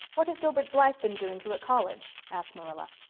what has gilbert blythe been doing to at college? asked marilla.